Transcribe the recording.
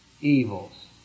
evils